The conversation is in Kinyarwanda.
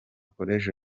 college